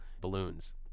balloons